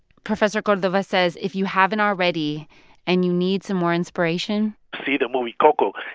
professor cordova says if you haven't already and you need some more inspiration. see the movie coco.